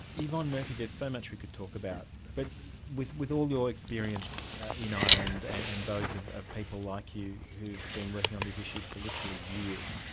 yvonne murphy, there's so much we could talk about, about, but with with all your experience in ireland and those of of people like you who have been working on these issues for literally years,